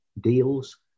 deals